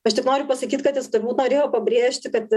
aš tik noriu pasakyt kad jis turbūt norėjo pabrėžti kad